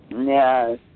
Yes